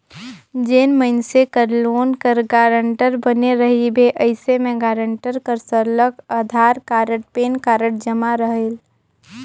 जेन मइनसे कर लोन कर गारंटर बने रहिबे अइसे में गारंटर कर सरलग अधार कारड, पेन कारड जमा रहेल